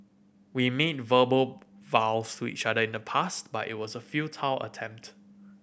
we made verbal vows to each other in the past but it was a futile attempt